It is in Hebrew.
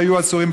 שהיו אסורים,